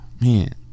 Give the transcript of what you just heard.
man